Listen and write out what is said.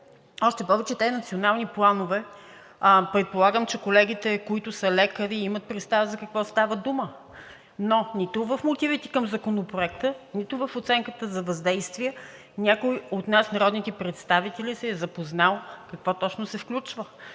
Още повече, че за тези национални планове – предполагам, че колегите, които са лекари, имат представа за какво става дума, но нито в мотивите към Законопроекта, нито в оценката за въздействие някой от нас, народните представители, се е запознал какво точно се случва.